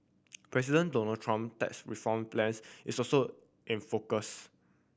President Donald Trump tax reform plans is also in focus